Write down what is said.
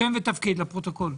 שם ותפקיד לפרוטוקול.